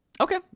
Okay